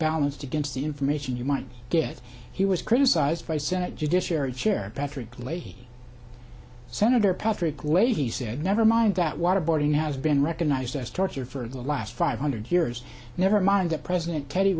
balanced against the information you might get he was criticized by senate judiciary chairman patrick leahy senator patrick leahy said never mind that waterboarding has been recognized as torture for the last five hundred years never mind that president teddy